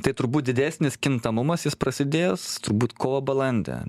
tai turbūt didesnis kintamumas jis prasidės turbūt kovą balandį